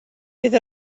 bydd